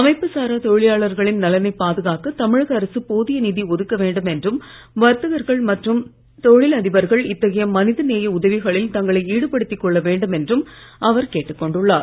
அமைப்புசாரா தொழிலாளர்களின் நலனை பாதுகாக்க தமிழக அரசு போதிய நிதி ஒதுக்க வேண்டும் என்றும் வர்த்தகர்கள் மற்றும் தொழில் அதிபர்கள் இத்தகைய மனித நேய உதவிகளில் தங்களை ஈடுபடுத்திக் கொள்ள வேண்டும் என்றும் அவர் கேட்டுக் கொண்டுள்ளார்